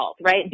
right